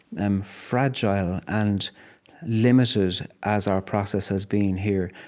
and fragile and limited as our process has been here,